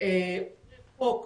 עוברי חוק